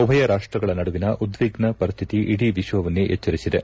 ಉಭಯ ರಾಷ್ಲಗಳ ನಡುವಿನ ಉದ್ದಿಗ್ನ ವರಿಶ್ಲಿತಿ ಇಡೀ ವಿಶ್ವವನ್ನೇ ಎಚ್ಡರಿಸಿದೆ